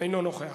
אינו נוכח.